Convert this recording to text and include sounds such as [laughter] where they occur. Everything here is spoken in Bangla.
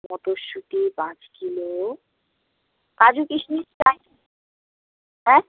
মটরশুঁটি পাঁচ কিলো কাজু কিশমিশ [unintelligible] হ্যাঁ